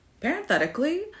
Parenthetically